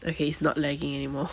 okay it's not lagging anymore